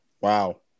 Wow